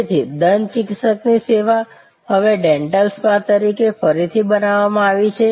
તેથી દંત ચિકિત્સકની સેવા હવે ડેન્ટલ સ્પા તરીકે ફરીથી બનાવવામાં આવી છે